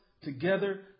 together